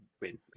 win